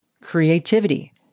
creativity